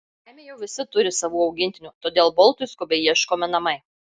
kaime jau visi turi savų augintinių todėl boltui skubiai ieškomi namai